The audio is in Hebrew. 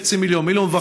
0.5 מיליון,